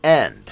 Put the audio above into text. end